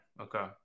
Okay